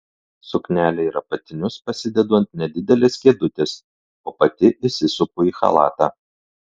suknelę ir apatinius pasidedu ant nedidelės kėdutės o pati įsisupu į chalatą